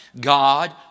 God